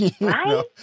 Right